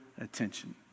attention